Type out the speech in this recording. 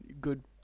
Good